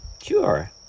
Sure